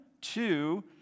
two